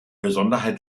besonderheit